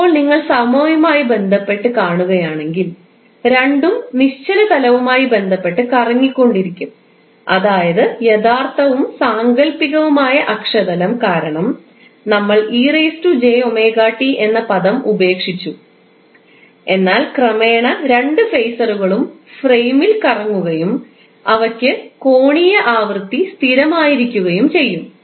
ഇപ്പോൾ നിങ്ങൾ സമയവുമായി ബന്ധപ്പെട്ട് കാണുകയാണെങ്കിൽ രണ്ടും നിശ്ചല തലവുമായി ബന്ധപ്പെട്ട് കറങ്ങിക്കൊണ്ടിരിക്കും അതായത് യഥാർത്ഥവും സാങ്കൽപ്പികവുമായ അക്ഷതലം കാരണം നമ്മൾ എന്ന പദം ഉപേക്ഷിച്ചു എന്നാൽ ക്രമേണ രണ്ട് ഫേസറുകളും ഫ്രെയിമിൽ കറങ്ങുകയും അവയ്ക്ക് കോണീയ ആവൃത്തി സ്ഥിരമായിരിക്കുകയും ചെയ്യും